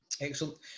Excellent